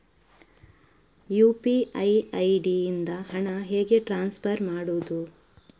UPI ID ಇಂದ ಹಣ ಹೇಗೆ ಟ್ರಾನ್ಸ್ಫರ್ ಮಾಡುದು?